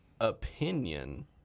opinion